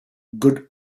good